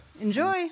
Enjoy